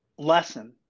lesson